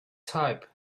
type